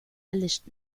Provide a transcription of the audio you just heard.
erlischt